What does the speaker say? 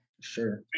sure